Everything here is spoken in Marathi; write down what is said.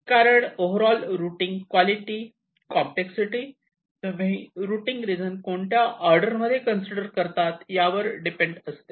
कारण overall routing quality complexity तुम्ही रुटींग रिजन कोणत्या ऑर्डरमध्ये कन्सिडर करतात यावर डिपेंड असते